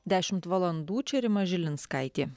dešimt valandų čia rima žilinskaitė